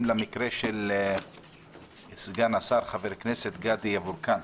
למקרה של סגן השר חבר הכנסת גדי יברקן,